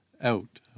out